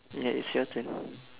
ya it's your turn